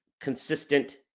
consistent